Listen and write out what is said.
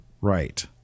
Right